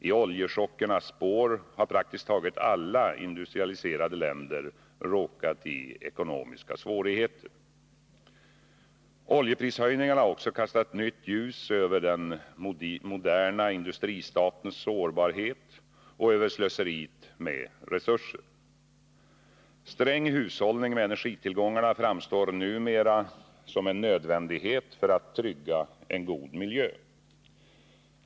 I oljechockernas spår har praktiskt taget alla industrialiserade länder råkat i ekonomiska svårigheter. Oljeprishöjningarna har också kastat nytt ljus över den moderna industristatens sårbarhet och över slöseriet med resurser. Sträng hushållning med energitillgångarna framstår numera som en nödvändighet för att trygga en god miljö.